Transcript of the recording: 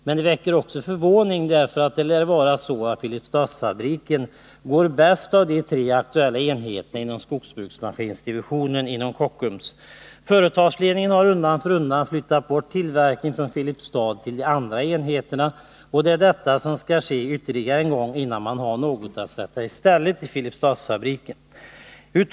Men de väcker också förvåning därför att det lär vara så att Filipstadsfabriken går bäst av de tre aktuella enheterna inom skogsbruksmaskindivisionen inom Kockums. Företagsledningen har undan för undan flyttat bort tillverkning från Filipstad till de andra enheterna. Och det är detta som skall ske ytterligare en gång, innan man har något att sätta i stället i Filipstadsfabriken.